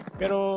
pero